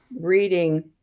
reading